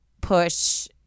push